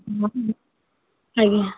ହଁ ଆଜ୍ଞା